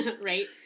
right